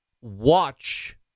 watch